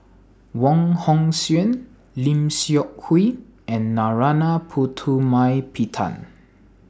Wong Hong Suen Lim Seok Hui and Narana Putumaippittan